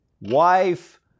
wife